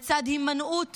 לצד הימנעות